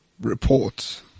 report